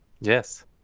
Yes